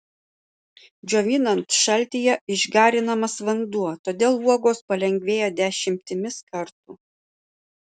džiovinant šaltyje išgarinamas vanduo todėl uogos palengvėja dešimtimis kartų